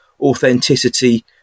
authenticity